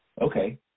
okay